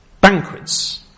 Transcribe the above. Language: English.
banquets